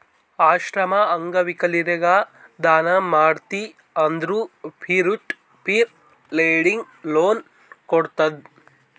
ಆಶ್ರಮ, ಅಂಗವಿಕಲರಿಗ ದಾನ ಮಾಡ್ತಿ ಅಂದುರ್ peer to peer lending loan ಕೋಡ್ತುದ್